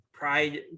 pride